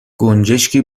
گنجشکی